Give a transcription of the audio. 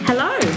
Hello